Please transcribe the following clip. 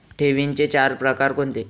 ठेवींचे चार प्रकार कोणते?